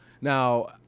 Now